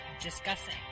discussing